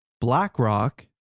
BlackRock